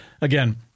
Again